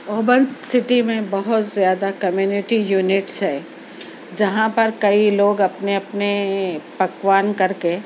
اوہبند city میں بہت زیادہ کمیونٹی یونٹس ہے جہاں پر کئی لوگ اپنے اپنے پکوان کر کے